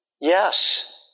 Yes